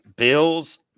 Bills